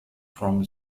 from